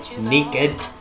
Naked